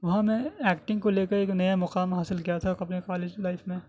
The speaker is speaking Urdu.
وہاں میں ایکٹنگ کو لے کر ایک نیا مقام حاصل کیا تھا اپنے کالج لائف میں